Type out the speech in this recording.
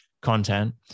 content